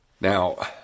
Now